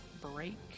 break